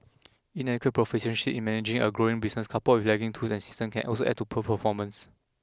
inadequate proficiency in managing a growing business coupled with lagging tools and systems can also add to poor performance